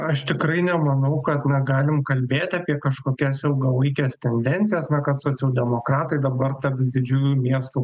aš tikrai nemanau kad negalim kalbėti apie kažkokias ilgalaikes tendencijas na kad socialdemokratai dabar taps didžiųjų miestų